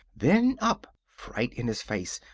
then up, fright in his face.